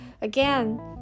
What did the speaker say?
Again